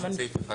יש עוד סעיף אחד